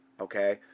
Okay